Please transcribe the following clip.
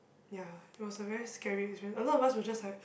ya it was a very scary experience a lot of us were just like